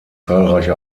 zahlreiche